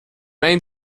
main